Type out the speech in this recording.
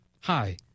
Hi